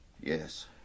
Yes